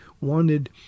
wanted